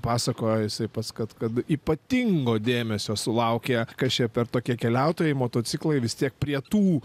pasakojo jisai pats kad kad ypatingo dėmesio sulaukė kas čia per tokie keliautojai motociklai vis tiek prie tų